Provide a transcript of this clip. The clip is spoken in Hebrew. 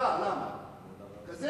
הכנסת